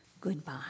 Goodbye